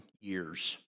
years